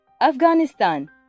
Afghanistan